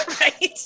Right